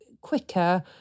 quicker